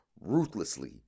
Ruthlessly